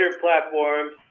platforms